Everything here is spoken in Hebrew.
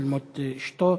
על מות אשתו.